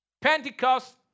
Pentecost